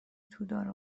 تودار